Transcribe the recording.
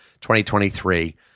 2023